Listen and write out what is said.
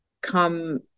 come